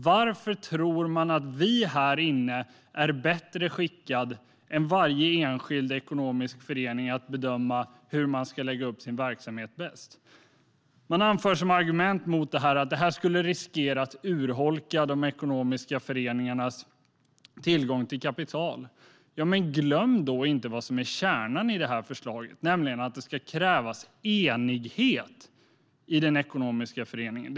Varför tror man att vi här inne är bättre skickade än varje enskild ekonomisk förening att bedöma hur verksamheten bäst ska läggas upp? Man anför som motargument att det skulle riskera att urholka de ekonomiska föreningarnas tillgång till kapital. Men glöm då inte vad som är kärnan i förslaget, nämligen att det ska krävas enighet i den ekonomiska föreningen.